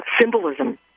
symbolism